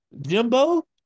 Jimbo